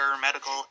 medical